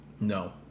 No